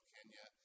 Kenya